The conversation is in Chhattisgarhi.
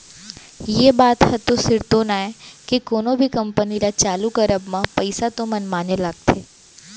ये बात ह तो सिरतोन आय के कोनो भी कंपनी ल चालू करब म पइसा तो मनमाने लगथे